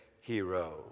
hero